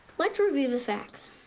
let's review the facts.